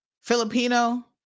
Filipino